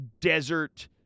desert